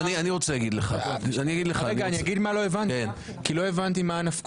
אני לא אומר את עמדתי בנוגע לתשובה.